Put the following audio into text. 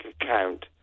account